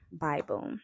Bible